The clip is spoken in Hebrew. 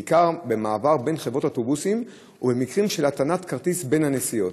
בעיקר במעבר בין חברות אוטובוסים ובמקרים של הטענת כרטיס בין הנסיעות.